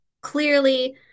clearly